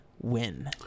win